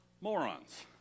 morons